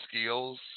skills